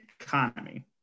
economy